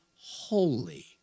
holy